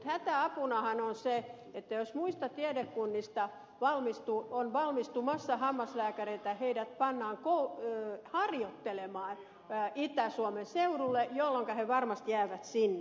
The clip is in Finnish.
mutta hätäapunahan on se että jos muista tiedekunnista on valmistumassa hammaslääkäreitä heidät pannaan harjoittelemaan itä suomen seudulle jolloinka he varmasti jäävät sinne